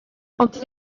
ond